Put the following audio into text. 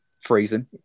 freezing